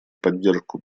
поддержку